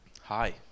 Hi